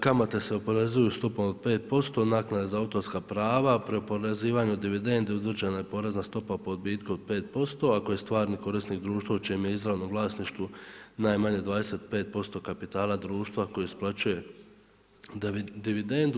Kamate se oporezuju stopom od 5%, naknade za autorska prava, pri oporezivanju dividendi određena je porezna stopa po odbitku od 5% ako je stvarni korisnik društvo u čijem je izravnom vlasništvu najmanje 25% kapitala društva koje isplaćuje dividendu.